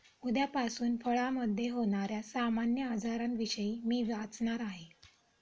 उद्यापासून फळामधे होण्याऱ्या सामान्य आजारांविषयी मी वाचणार आहे